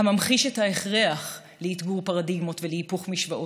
הממחיש את ההכרח לאתגור פרדיגמות ולהיפוך משוואות,